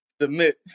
submit